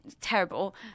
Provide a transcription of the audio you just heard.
terrible